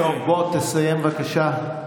בוא תסיים, בבקשה.